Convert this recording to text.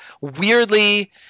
weirdly